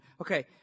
Okay